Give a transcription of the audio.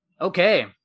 Okay